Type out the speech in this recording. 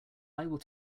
will